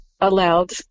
allowed